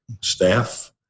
staff